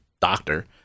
doctor